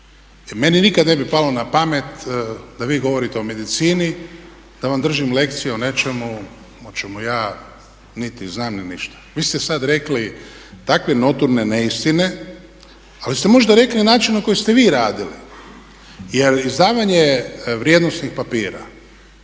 Jer meni nikad ne bi palo na pamet da vi govorite o medicini, da vam držim lekciju o nečemu o čemu ja niti znam, ni ništa. Vi ste sad rekli takve notorne neistine, ali ste možda rekli na način na koji ste vi radili. Jer izdavanje vrijednosnih papira